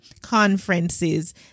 conferences